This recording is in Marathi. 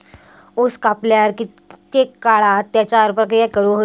ऊस कापल्यार कितके काळात त्याच्यार प्रक्रिया करू होई?